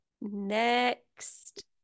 next